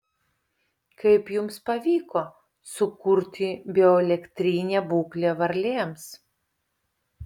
kaip jums pavyko sukurti bioelektrinę būklę varlėms